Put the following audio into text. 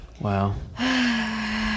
Wow